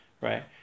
right